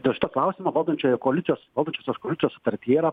dėl šito klausimo valdančioje koalicijos valdančiosios koalicijos sutartyje yra